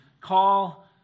call